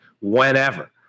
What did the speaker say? whenever